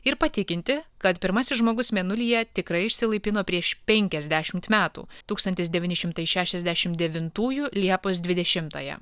ir patikinti kad pirmasis žmogus mėnulyje tikrai išsilaipino prieš penkiasdešimt metų tūkstantis devyni šimtai šešiasdešimt devintųjų liepos dvidešimtąją